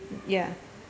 ya